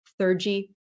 3G